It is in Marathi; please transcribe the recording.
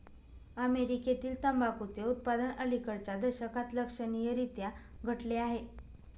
अमेरीकेतील तंबाखूचे उत्पादन अलिकडच्या दशकात लक्षणीयरीत्या घटले आहे